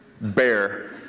bear